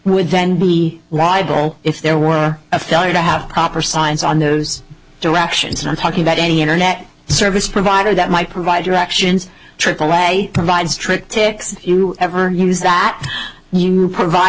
would then be liable if there were a failure to have proper signs on those directions and i'm talking about any internet service provider that might provide directions aaa provides trick to fix you ever use that you provide